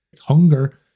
Hunger